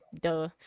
duh